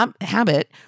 habit